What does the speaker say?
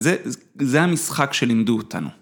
‫זה זה המשחק שלימדו אותנו.